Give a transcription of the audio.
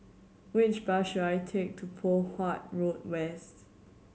which bus should I take to Poh Huat Road West